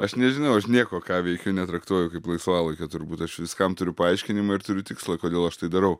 aš nežinau aš nieko ką veikiu netraktuoju kaip laisvalaikio turbūt aš viskam turiu paaiškinimą ir turiu tikslą kodėl aš tai darau